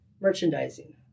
merchandising